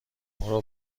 برو